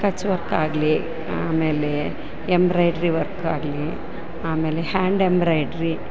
ಕಚ್ ವರ್ಕಾಗಲಿ ಆಮೇಲೆ ಎಂಬ್ರಾಯ್ಡ್ರಿ ವರ್ಕಾಗಲಿ ಆಮೇಲೆ ಹ್ಯಾಂಡ್ ಎಂಬ್ರಾಯ್ಡ್ರಿ